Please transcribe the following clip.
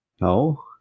no